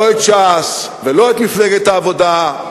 לא את ש"ס ולא את מפלגת העבודה,